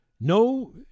no